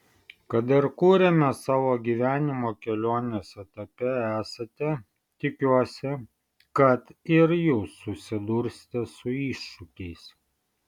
kad ir kuriame savo gyvenimo kelionės etape esate tikiuosi kad ir jūs susidursite su iššūkiais